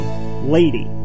Lady